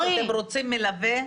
לכל אוטובוס אתם רוצים מלווה?